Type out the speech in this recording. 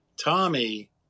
Tommy